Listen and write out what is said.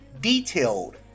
detailed